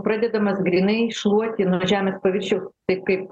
pradedamas grynai šluoti nuo žemės paviršiau taip kaip